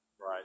right